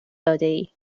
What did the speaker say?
دادهای